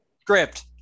Script